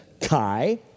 kai